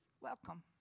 Welcome